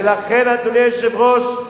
ולכן, אדוני היושב-ראש,